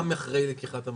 מה אחרי לקיחת המשכנתא?